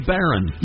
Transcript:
Baron